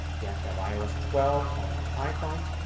you have to have ios twelve on your iphone.